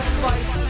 fight